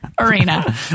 arena